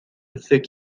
thick